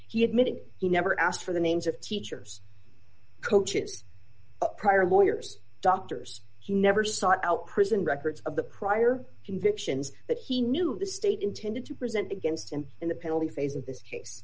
he admitted he never asked for the names of teachers coaches pryor lawyers doctors he never sought out prison records of the prior convictions that he knew the state intended to present against him in the penalty phase of this case